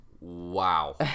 Wow